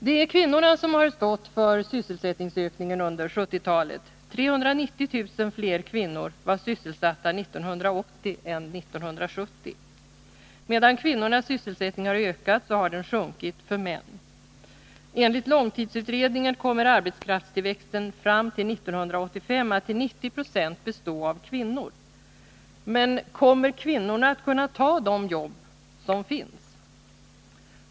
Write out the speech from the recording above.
Det är kvinnorna som har stått för sysselsättningsökningen under 1970-talet. 390 000 fler kvinnor var sysselsatta 1980 än 1970. Medan kvinnornas sysselsättning har ökat, har sysselsättningen sjunkit för män. Enligt långtidsutredningen kommer arbetskraftstillväxten fram till 1985 att till 90 26 bestå av kvinnor. Men kommer kvinnorna att kunna ta de jobb som finns?